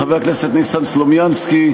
חבר הכנסת ניסן סלומינסקי,